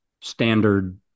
standard